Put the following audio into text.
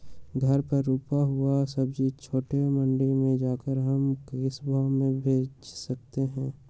घर पर रूपा हुआ सब्जी छोटे मंडी में जाकर हम किस भाव में भेज सकते हैं?